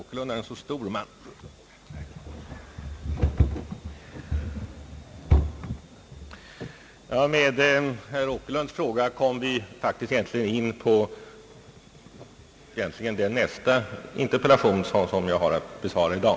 Herr talman! Med herr Åkerlunds fråga kom vi egentligen in på nästa interpellation som jag har att besvara i dag.